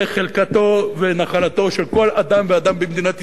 זה חלקתו ונחלתו של כל אדם ואדם במדינת ישראל,